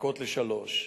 נחלקות לשלוש: